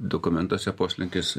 dokumentuose poslinkis